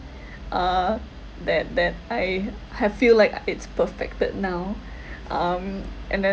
uh that that I I feel like it's perfected now um and then